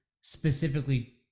specifically